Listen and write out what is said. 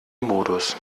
modus